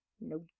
No